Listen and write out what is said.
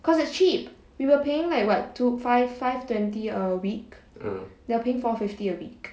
because it's cheap we were paying like what two five five twenty a week they're paying four fifty a week